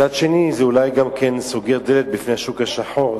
מצד שני, זה אולי גם סוגר דלת בפני השוק השחור.